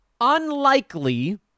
unlikely